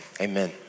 amen